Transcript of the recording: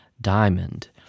diamond